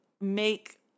make